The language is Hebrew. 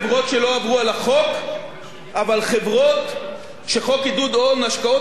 אבל חברות שחוק עידוד הון השקעות הישן אפשר להן להימנע מתשלום